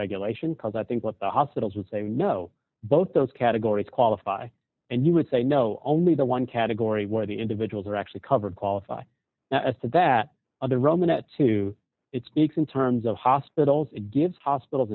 regulation because i think what the hospitals would say no both those categories qualify and you would say no only the one category where the individuals are actually covered qualify as that of the roman at two it speaks in terms of hospitals it gives hospitals